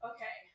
Okay